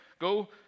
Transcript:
go